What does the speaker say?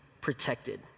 protected